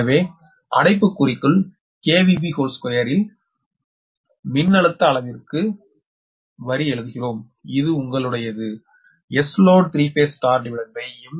எனவே அடைப்புக்குறிக்குள் 2 இல் வரி மின்னழுத்த அளவிற்கு வரி எழுதுகிறோம் இது உங்களுடையது SloadB